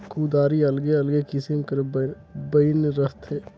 कुदारी अलगे अलगे किसिम कर बइन रहथे